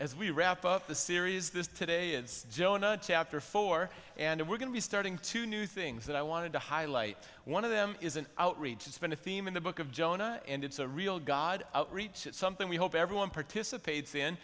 as we wrap up the series this today is jonah chapter four and we're going to be starting two new things that i wanted to highlight one of them is an outreach it's been a theme in the book of jonah and it's a real god outreach it's something we hope everyone participates in